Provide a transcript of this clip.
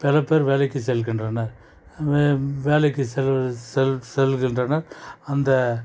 பல பேர் வேலைக்கு செல்கின்றனர் வேலைக்கு செல் செல் செல்கின்றனர் அந்த